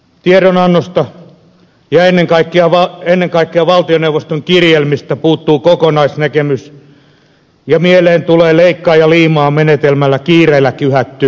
tiedonannosta ja ennen kaikkea valtioneuvoston kirjelmistä puuttuu kokonaisnäkemys ja mieleen tulee leikkaa ja liimaa menetelmällä kiireellä kyhätty virkamiespaperi